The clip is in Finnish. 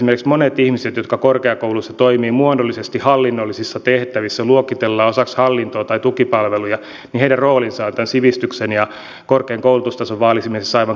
esimerkiksi monien ihmisten jotka korkeakouluissa toimivat muodollisesti hallinnollisissa tehtävissä ja jotka luokitellaan osaksi hallintoa tai tukipalveluja rooli on tämän sivistyksen ja korkean koulutustason vaalimisessa aivan keskeinen